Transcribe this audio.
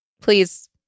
Please